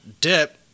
dip